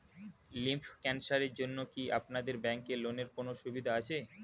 Lymph ক্যানসারের জন্য কি আপনাদের ব্যঙ্কে লোনের কোনও সুবিধা আছে?